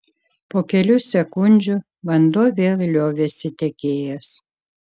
po kelių sekundžių vanduo vėl liovėsi tekėjęs